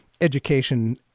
education